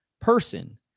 person